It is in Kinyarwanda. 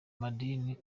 madini